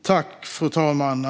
Fru talman!